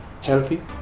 healthy